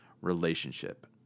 relationship